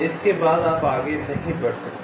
इसके बाद आप आगे नहीं बढ़ सकते